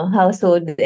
household